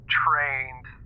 trained